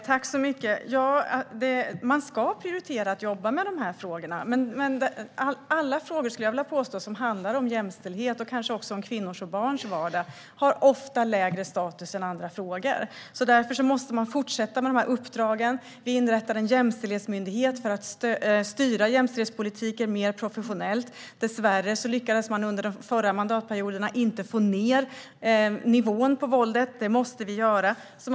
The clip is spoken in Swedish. Herr talman! Man ska prioritera att jobba med de här frågorna. Men alla frågor som handlar om jämställdhet och kanske också om kvinnors och barns vardag har ofta, vill jag påstå, lägre status än andra frågor. Därför måste vi fortsätta med de här uppdragen. Vi inrättar en jämställdhetsmyndighet för att styra jämställdhetspolitiken mer professionellt. Dessvärre lyckades man under de förra mandatperioderna inte få ned nivån på våldet. Det måste vi få.